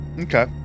okay